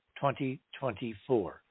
2024